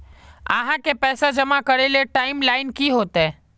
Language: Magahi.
आहाँ के पैसा जमा करे ले टाइम लाइन की होते?